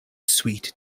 sweet